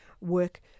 work